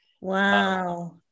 Wow